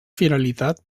finalitat